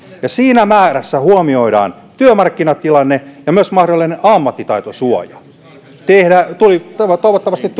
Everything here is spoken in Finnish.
ja siinä määrässä huomioidaan työmarkkinatilanne ja myös mahdollinen ammattitaitosuoja toivottavasti